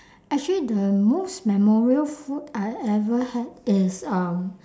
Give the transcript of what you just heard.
actually the most memorial food I ever had is um